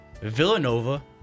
Villanova